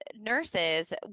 nurses